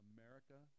America